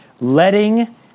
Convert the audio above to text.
Letting